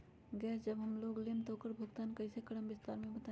Gas जब हम लोग लेम त उकर भुगतान कइसे करम विस्तार मे बताई?